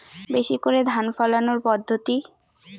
বেশি করে ধান ফলানোর পদ্ধতি?